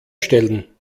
stellen